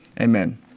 Amen